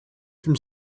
from